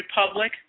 Republic